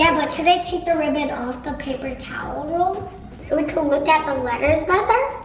yeah, but should i take the ribbon off the paper towel roll so we can look at the letters better?